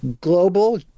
global